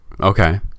Okay